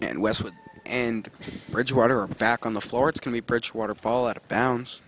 and westwood and bridgewater back on the floor it can be bridged waterfall out of bounds